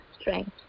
strength